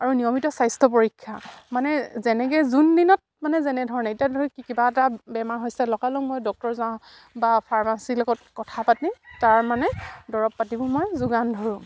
আৰু নিয়মিত স্বাস্থ্য পৰীক্ষা মানে যেনেকে যোন দিনত মানে যেনেধৰণে এতিয়া ধৰি কিবা এটা বেমাৰ হৈছে লগালগ মই ডক্টৰ যাওঁ বা ফাৰ্মাচীৰ লগত কথা পাতি তাৰ মানে দৰৱ পাতিবোৰ মই যোগান ধৰোঁ